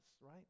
right